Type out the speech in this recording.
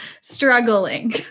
struggling